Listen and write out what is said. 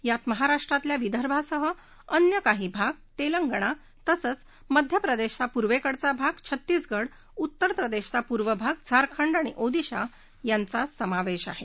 यात महाराष्ट्रातला विदर्भासह अन्य काही भाग तेलंगणा तसंच मध्यप्रदेशाचा पूर्वेकडचा भाग छत्तीसगढ उत्तर प्रदेशचा पूर्व भाग झारखंड आणि ओदिशा यांचा समावेश आहे